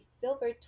silver